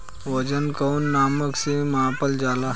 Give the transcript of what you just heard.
वजन कौन मानक से मापल जाला?